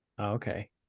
okay